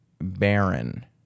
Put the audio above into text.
baron